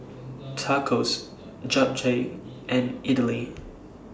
Tacos Japchae and Idili